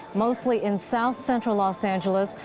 mostly in south central los angeles.